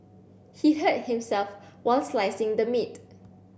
he hurt himself while slicing the meat